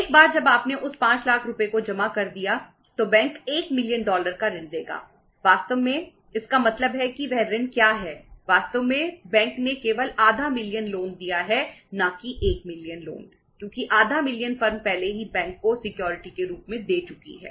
एक बार जब आपने उस 5 लाख रुपये को जमा कर दिया तो बैंक 1 मिलियन डॉलर के रूप में दे चुकी हैं